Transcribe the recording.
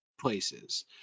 places